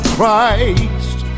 Christ